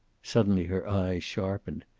suddenly her eyes sharpened,